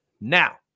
Now